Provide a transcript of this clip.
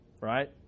right